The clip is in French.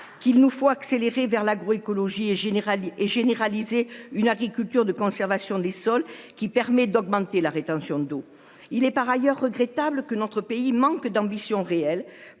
qu'il nous faut accélérer vers l'agroécologie et Generali et généralisée, une agriculture de conservation des sols qui permet d'augmenter la rétention d'eau. Il est par ailleurs regrettable que notre pays manque d'ambition réelle